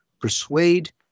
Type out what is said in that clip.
persuade